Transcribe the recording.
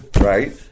right